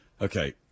Okay